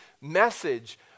message